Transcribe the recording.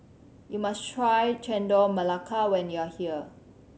you must try Chendol Melaka when you are here